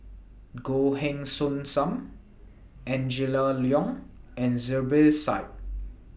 Goh Heng Soon SAM Angela Liong and Zubir Said